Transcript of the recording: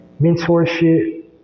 mentorship